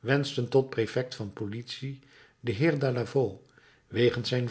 wenschten tot prefect van politie den heer delavau wegens zijn